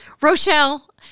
Rochelle